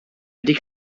wedi